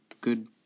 good